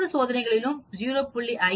ஒவ்வொரு சோதனையிலும் 0